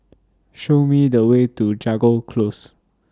Show Me The Way to Jago Close